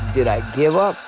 did i give up?